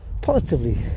positively